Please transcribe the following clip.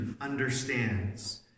understands